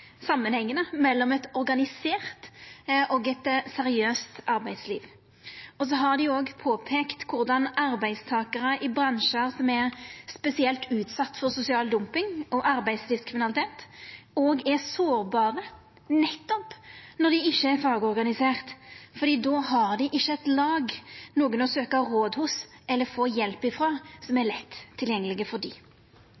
eit seriøst arbeidsliv. Dei har òg påpeikt korleis arbeidstakarar i bransjar som er spesielt utsette for sosial dumping og arbeidslivskriminalitet, er sårbare nettopp når dei ikkje er fagorganiserte, for då har dei ikkje eit lag, nokon å søkja råd hos eller få hjelp frå som er